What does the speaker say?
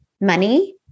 Money